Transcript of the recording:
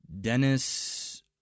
Dennis